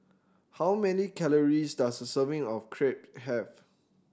how many calories does a serving of Crepe have